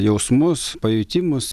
jausmus pajutimus